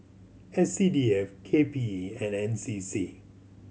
S C D F K P E and N C C